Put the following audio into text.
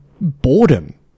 boredom